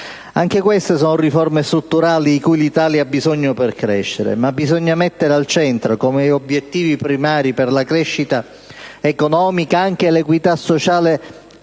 Anche queste sono le riforme strutturali di cui l'Italia ha bisogno per crescere. Tuttavia, bisogna mettere al centro come obiettivi primari per la crescita economica anche l'equità sociale e